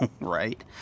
right